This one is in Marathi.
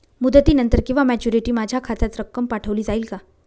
मुदतीनंतर किंवा मॅच्युरिटी माझ्या खात्यात रक्कम पाठवली जाईल का?